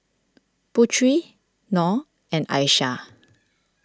Putri Nor and Aishah